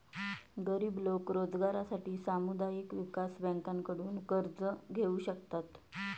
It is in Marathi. गरीब लोक रोजगारासाठी सामुदायिक विकास बँकांकडून कर्ज घेऊ शकतात